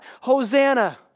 Hosanna